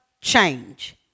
change